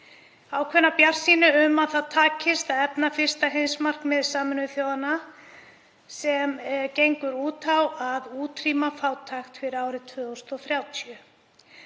ákveðna bjartsýni um að það takist að efna fyrsta heimsmarkmið Sameinuðu þjóðanna, sem gengur út á að útrýma fátækt fyrir árið 2030.